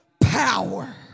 power